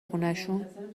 خونشون